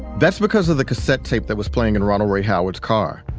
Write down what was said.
that's because of the cassette tape that was playing in ronald ray howard's car,